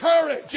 courage